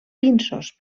pinsos